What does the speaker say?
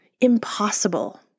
impossible